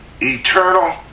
eternal